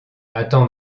attends